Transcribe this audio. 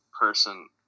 person